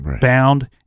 bound